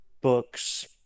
books